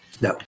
No